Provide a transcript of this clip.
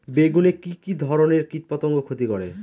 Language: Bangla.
বেগুনে কি কী ধরনের কীটপতঙ্গ ক্ষতি করে?